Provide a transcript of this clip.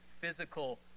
physical